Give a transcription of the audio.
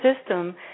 system